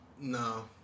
No